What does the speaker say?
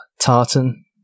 tartan